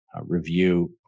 review